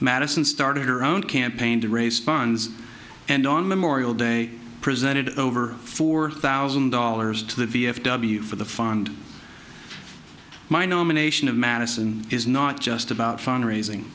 madison started her own campaign to raise funds and on memorial day presided over four thousand dollars to the v f w for the fund my nomination of madison is not just about fund raising